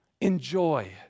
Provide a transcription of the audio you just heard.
Enjoy